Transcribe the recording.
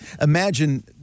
imagine